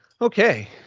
okay